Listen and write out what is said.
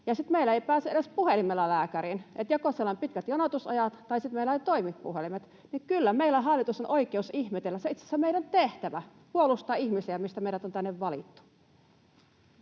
meillä ei pääse edes puhelimella lääkäriin. Joko siellä on pitkät jonotusajat tai sitten meillä eivät toimi puhelimet. Kyllä meillä, hallitus, on oikeus ihmetellä. Se itse asiassa on meidän tehtävä, puolustaa ihmisiä, mihin meidät on tänne valittu.